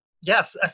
yes